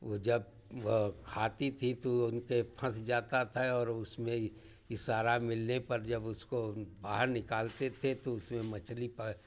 वे जब खाती थी तो उनके फंस जाता था और उसमें इशारा मिलने पर जब उसको बाहर निकालते थे तो उसमें मछली फँसी रहती था